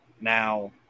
Now